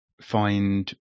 find